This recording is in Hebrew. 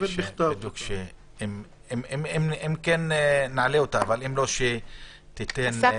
אם לא נעלה אותה, שתיתן.